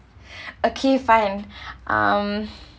okay fine um